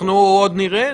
אנחנו עוד נראה.